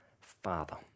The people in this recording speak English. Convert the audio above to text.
Father